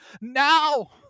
Now